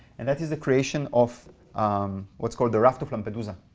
and that is the creation of what's called the raft of lampedusa,